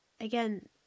again